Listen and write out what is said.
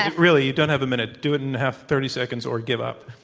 ah really, you don't have a minute. do it in half thirty seconds or give up.